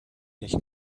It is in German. nicht